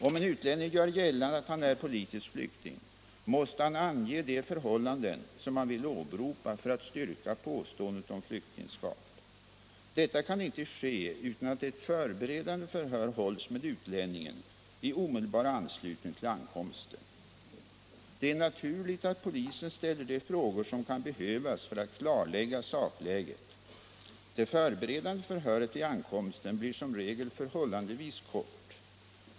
Om en utlänning gör gällande att han är politisk flykting måste han ange de förhållanden som han vill åberopa för att styrka påståendet om flyktingskap. Detta kan inte ske utan att ett förberedande förhör hålls med utlänningen i omedelbar anslutning till ankomsten. Det är naturligt att polisen ställer de frågor som kan behövas för att klarlägga sakläget. Det förberedande förhöret vid ankomsten blir som regel förhållandevis kort.